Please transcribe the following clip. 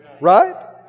right